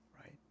right